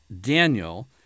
Daniel